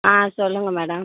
ஆ சொல்லுங்கள் மேடம்